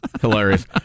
Hilarious